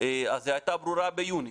אז היא הייתה ברורה ביוני,